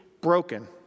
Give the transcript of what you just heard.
broken